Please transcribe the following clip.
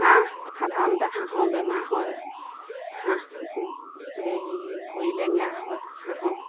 হাঁহ সাধাৰণতে হাঁহৰ বেমাৰ হয় হাঁহ এই ভৰি লেঙেৰা হয় হাঁহৰ